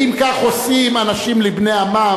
לשם שינוי היא